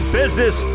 business